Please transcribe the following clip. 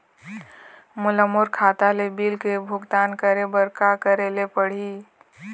मोला मोर खाता ले बिल के भुगतान करे बर का करेले पड़ही ही?